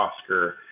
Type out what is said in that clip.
oscar